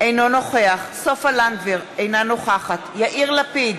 אינו נוכח סופה לנדבר, אינה נוכחת יאיר לפיד